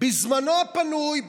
בזמנו הפנוי,